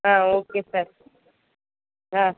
ஆ okay sir ஆ